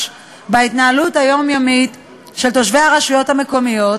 בהתנהלות היומיומית של תושבי הרשויות המקומיות,